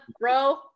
bro